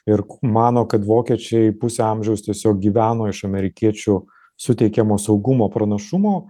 ir mano kad vokiečiai pusę amžiaus tiesiog gyveno iš amerikiečių suteikiamo saugumo pranašumo